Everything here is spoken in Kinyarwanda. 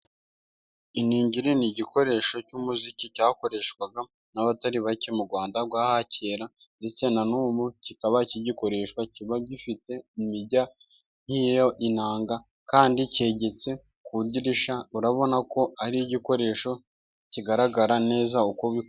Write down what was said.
Iningiri ni igikoresho cy'umuziki cyakoreshwaga, n'abatari bake mu Rwanda rwahakera, ndetse na n'ubu kikaba gikoreshwa, kiba gifite, imirya nkiyinanga, kandi cyegetse, ku idirishya urabona ko, ari igikoresho, kigaragara neza uko bikwi.